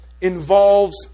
involves